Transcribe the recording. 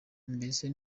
mbese